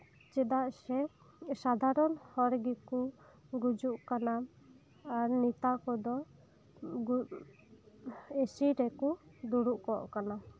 ᱪᱮᱫᱟᱜ ᱥᱮ ᱥᱟᱫᱷᱟᱨᱚᱱ ᱦᱚᱲ ᱜᱮᱠᱚ ᱜᱩᱡᱩᱜ ᱠᱟᱱᱟ ᱟᱨ ᱱᱮᱛᱟ ᱠᱚᱫᱚᱮᱥᱤ ᱨᱮᱠᱚ ᱫᱩᱲᱩᱵ ᱠᱚᱜ ᱠᱟᱱᱟ